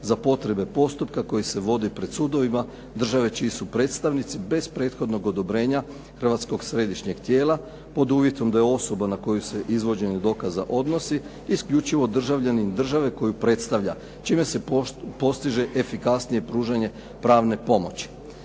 za potrebe postupka koji se vodi pred sudovima države čiji su predstavnici bez prethodnog odobrenja hrvatskog središnjeg tijela pod uvjetom da je osoba na koju se izvođenje dokaza odnosi, isključivo državljanin države koju predstavlja, čime se postiže efikasnije pružanje pravne pomoći.